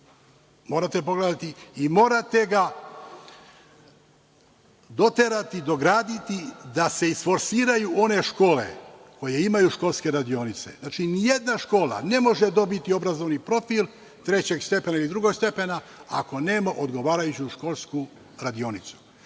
obrazovanja i morate ga doterati, dograditi da se isforsiraju one škole koje imaju školske radionice. Znači, nijedna škola ne može dobiti obrazovni profil trećeg stepena ili drugog stepena ako nema odgovarajuću školsku radionicu.